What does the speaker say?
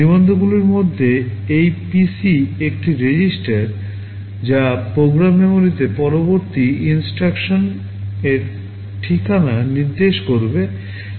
নিবন্ধগুলির মধ্যে এই পিসি একটি রেজিস্টার যা প্রোগ্রাম মেমোরিতে পরবর্তী INSTRUCTIONর ঠিকানা নির্দেশ করবে